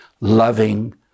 loving